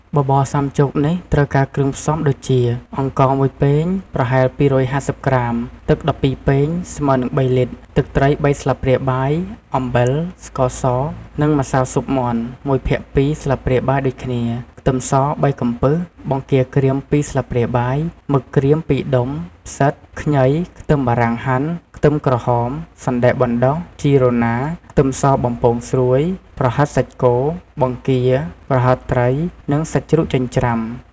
បបរសាមចូកនេះត្រូវការគ្រឿងផ្សំដូចជា អង្ករ ១ ពែង ប្រហែល ២៥០ ក្រាម ទឹក ១២ ពែង ស្មើនឹង ៣ លីត្រ ទឹកត្រី ៣ ស្លាបព្រាបាយ អំបិល ស្ករស និងម្សៅស៊ុបមាន់ ១ភាគ២ ស្លាបព្រាបាយដូចគ្នា ខ្ទឹមស ៣ កំពឹស បង្គាក្រៀម ២ ស្លាបព្រាបាយ មឹកក្រៀម ២ ដុំ ផ្សិត ខ្ញី ខ្ទឹមបារាំងហាន់ ខ្ទឹមក្រហម សណ្ដែកបណ្ដុះ ជីរណារ ខ្ទឹមសបំពងស្រួយ ប្រហិតសាច់គោ បង្គា ប្រហិតត្រី និង សាច់ជ្រូកចិញ្ច្រាំ ។